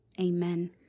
amen